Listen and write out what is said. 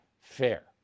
fair